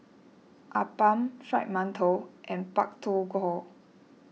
Appam Fried Mantou and Pak Thong Ko